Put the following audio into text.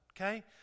Okay